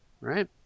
right